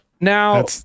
Now-